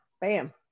Bam